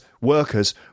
workers